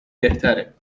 بهتره